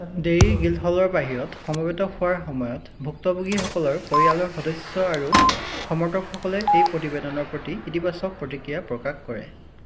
ডেৰীৰ গিল্ডহলৰ বাহিৰত সমবেত হোৱাৰ সময়ত ভুক্তভোগীসকলৰ পৰিয়ালৰ সদস্য আৰু সমৰ্থকসকলে এই প্ৰতিবেদনৰ প্ৰতি ইতিবাচক প্ৰতিক্ৰিয়া প্ৰকাশ কৰে